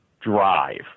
drive